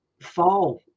fall